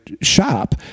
shop